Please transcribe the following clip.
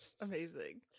Amazing